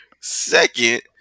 Second